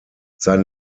sein